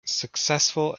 successful